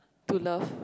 to love